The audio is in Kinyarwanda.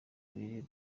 abiri